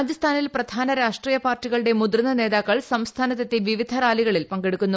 രാജസ്ഥാനിൽ പ്രധാന ്ലാഷ്ട്രീയ പാർട്ടികളുടെ മുതിർന്ന നേതാക്കൾ സംസ്ഥാനത്തെത്തിി വിവിധ റാലികളിൽ പങ്കെടുക്കുന്നു